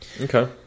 Okay